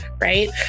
right